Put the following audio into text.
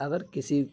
اگر کسی